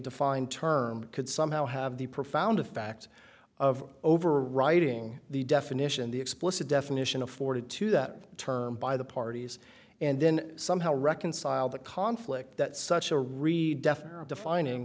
defined term could somehow have the profound a fact of overriding the definition the explicit definition afforded to that term by the parties and then somehow reconcile the conflict that such a redefini